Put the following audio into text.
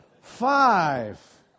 Five